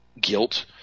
guilt